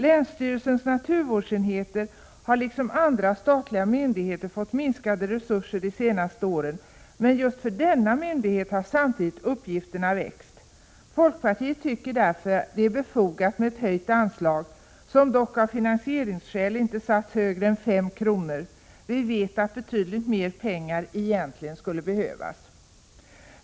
Länsstyrelsens naturvårdsenheter har liksom andra statliga myndigheter fått minskade resurser de senaste åren. Men för just denna myndighet har samtidigt uppgifterna växt. Folkpartiet tycker därför att det är befogat med ett höjt anslag som dock av finansieringsskäl inte satts högre än 5 milj.kr. Vi vet att betydligt mer pengar egentligen skulle behövas.